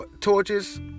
torches